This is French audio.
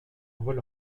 envol